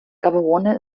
gaborone